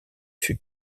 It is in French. fut